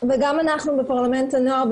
וגם אנחנו בפרלמנט הנוער,